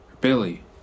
Billy